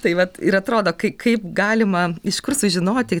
tai vat ir atrodo kai kaip galima iš kur sužinoti